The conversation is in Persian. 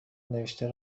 نوشته